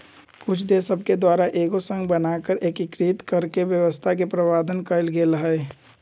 कुछ देश सभके द्वारा एगो संघ के बना कऽ एकीकृत कऽकेँ व्यवस्था के प्रावधान कएल गेल हइ